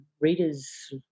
readers